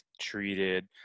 treated